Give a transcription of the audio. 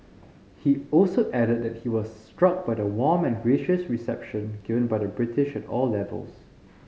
he also added that he was struck by the warm and gracious reception given by the British at all levels